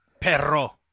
Perro